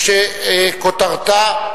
ושכותרתה: